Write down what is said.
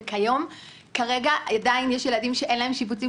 וכרגע עדיין יש ילדים שאין להם שיבוצים,